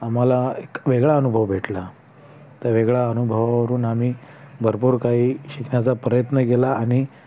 आम्हाला एक वेगळा अनुभव भेटला त्या वेगळ्या अनुभवावरून आम्ही भरपूर काही शिकण्याचा प्रयत्न केला आणि